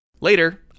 Later